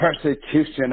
persecution